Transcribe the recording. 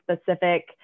specific